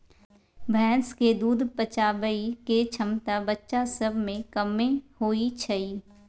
भैंस के दूध पचाबइ के क्षमता बच्चा सब में कम्मे होइ छइ